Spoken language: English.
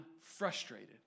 frustrated